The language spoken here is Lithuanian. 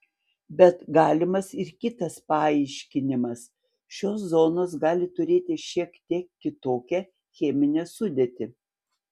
bet galimas ir kitas paaiškinimas šios zonos gali turėti šiek tiek kitokią cheminę sudėtį